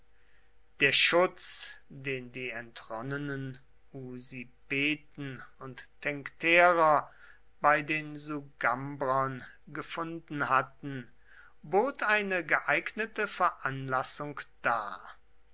der schutz den die entronnenen usipeten und tencterer bei den sugambrern gefunden hatten bot eine geeignete veranlassung dar